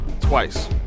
twice